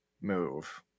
move